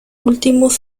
últimos